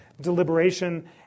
deliberation